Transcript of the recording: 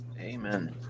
Amen